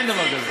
אין דבר כזה.